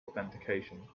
authentication